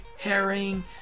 herring